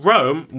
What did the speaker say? Rome